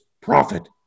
profit